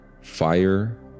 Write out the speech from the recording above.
fire